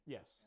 Yes